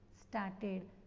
started